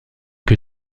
que